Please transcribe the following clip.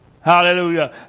Hallelujah